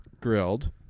Grilled